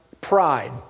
pride